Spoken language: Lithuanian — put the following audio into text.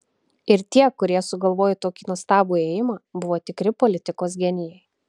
ir tie kurie sugalvojo tokį nuostabų ėjimą buvo tikri politikos genijai